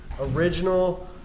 original